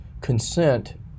consent